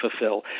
fulfill